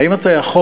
האם אתה יכול,